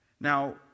Now